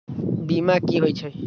बीमा कि होई छई?